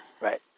Right